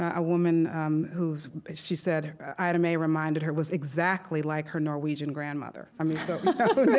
a woman um whose she said ida mae reminded her was exactly like her norwegian grandmother um yeah so